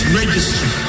registry